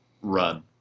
run